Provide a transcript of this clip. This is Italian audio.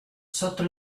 sotto